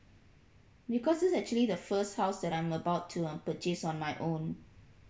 because this actually the first house that I'm about to um purchase on my own